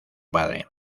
padre